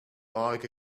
like